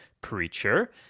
Preacher